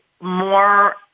more